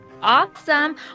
Awesome